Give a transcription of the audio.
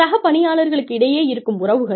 சக பணியாளர்களுக்கு இடையே இருக்கும் உறவுகள்